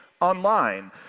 online